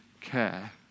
care